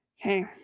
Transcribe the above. Okay